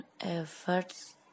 efforts